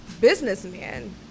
businessman